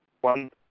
One